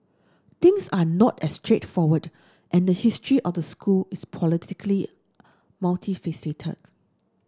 things are not as straightforward and the history out school is politically multifaceted